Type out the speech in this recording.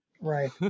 Right